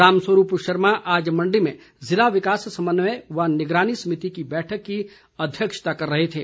रामस्वरूप शर्मा आज मंडी में जिला विकास समन्वय व निगरानी समिति की बैठक की अध्यक्षता कर रहे थे